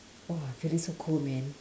!wah! feeling so cold man